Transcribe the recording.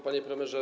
Panie Premierze!